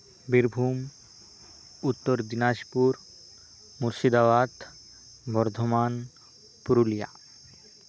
Birbhum Uttar Dinajpur Murshidabad Bardhaman Purulia